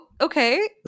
okay